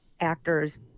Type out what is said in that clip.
actors